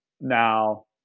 Now